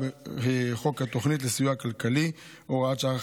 בחוק התוכנית לסיוע כלכלי (הוראת שעה,